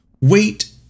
Wait